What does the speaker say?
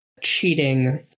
cheating